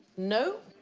no.